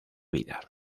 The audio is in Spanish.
vida